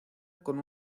con